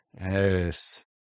Yes